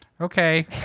okay